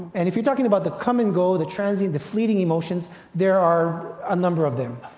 and if you're talking about the come and go, the transient, the fleeting emotions there are a number of them.